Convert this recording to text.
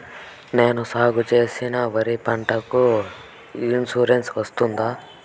నేను సాగు చేసిన వరి పంటకు ఇన్సూరెన్సు వస్తుందా?